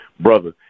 brother